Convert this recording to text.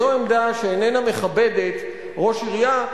זו עמדה שאיננה מכבדת ראש עירייה,